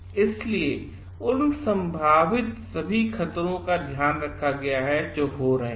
इसलिए उन सभी संभावित खतरों का ध्यान रखा गया है जो हो रहे हैं